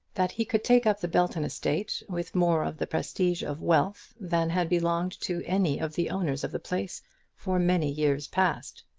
that he could take up the belton estate with more of the prestige of wealth than had belonged to any of the owners of the place for many years past.